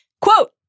Quote